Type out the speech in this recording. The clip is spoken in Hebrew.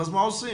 אז מה עושים?